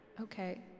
Okay